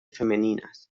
femeninas